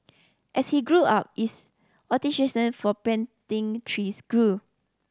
as he grew up is for planting trees grew